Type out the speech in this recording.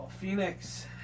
Phoenix